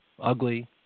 ugly